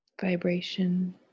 vibration